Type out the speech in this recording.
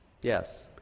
yes